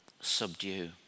subdue